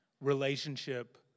relationship